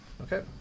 Okay